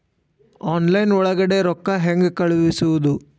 Online ಒಳಗಡೆ ರೊಕ್ಕ ಹೆಂಗ್ ಕಳುಹಿಸುವುದು?